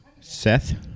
Seth